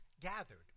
gathered